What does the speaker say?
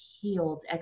healed